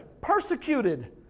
persecuted